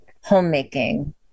homemaking